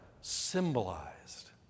symbolized